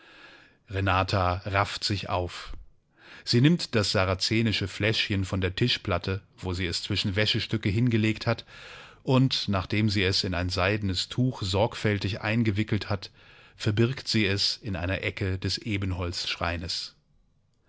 renata rafft sich auf sie nimmt das sarazenische fläschchen von der tischplatte wo sie es zwischen wäschestücke hingelegt hat und nachdem sie es in ein seidenes tuch sorgfältig eingewickelt hat verbirgt sie es in der einen ecke des